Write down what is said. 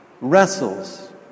wrestles